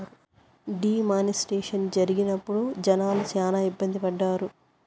D మానిస్ట్రేషన్ జరిగినప్పుడు జనాలు శ్యానా ఇబ్బంది పడ్డారు